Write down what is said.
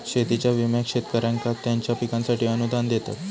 शेतीच्या विम्याक शेतकऱ्यांका त्यांच्या पिकांसाठी अनुदान देतत